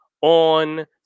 on